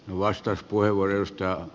arvoisa puhemies